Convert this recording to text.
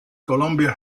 columbia